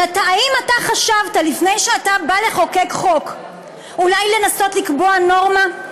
אבל האם אתה חשבת לפני שאתה בא לחוקק חוק אולי לנסות לקבוע נורמה?